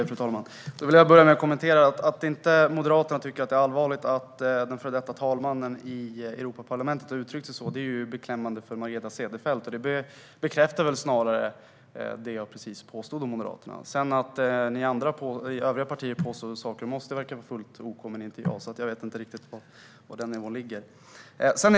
Fru talman! Då vill jag börja med att kommentera att det är beklämmande för Margareta Cederfelt att Moderaterna inte tycker att det är allvarligt att den före detta talmannen i Europaparlamentet har uttryckt sig så. Det bekräftar snarare vad jag precis påstod om Moderaterna. Att övriga partier sedan påstår saker om oss verkar ju vara fullt okej, så jag vet inte var nivån ligger.